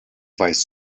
weiß